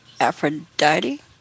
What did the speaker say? Aphrodite